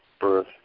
birth